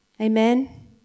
Amen